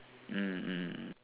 mm mm mm